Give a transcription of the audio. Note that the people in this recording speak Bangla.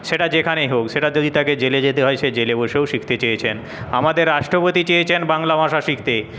সেটা যেখানেই হোক সেটা যদি তাকে জেলে যেতে হয় সে জেলে বসেও শিখতে চেয়েছেন আমাদের রাষ্ট্রপতি চেয়েছেন বাংলা ভাষা শিখতে